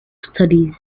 studies